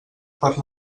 per